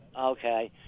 Okay